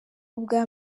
ubwa